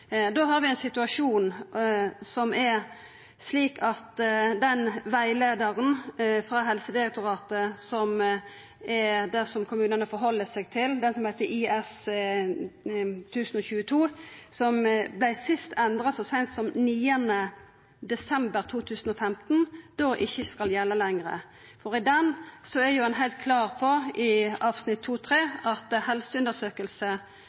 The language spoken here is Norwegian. har vi ein situasjon som er slik at den rettleiaren frå Helsedirektoratet som er det som kommunane held seg til, det som heiter IS-1022, som sist vart endra så seint som 9. desember 2015, da ikkje skal gjelda lenger, for i den er ein heilt klar på i